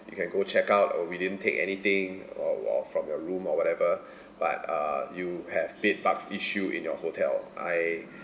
you can go check out or we didn't take anything or or from your room or whatever but uh you have bed bugs issue in your hotel I